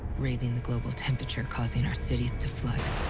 raising the global temperature, causing our cities to flood.